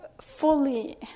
fully